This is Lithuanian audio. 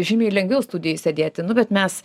žymiai lengviau studijoj sėdėti nu bet mes